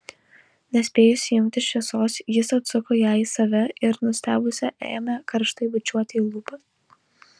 nespėjus įjungti šviesos jis atsuko ją į save ir nustebusią ėmė karštai bučiuoti į lūpas